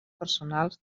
personals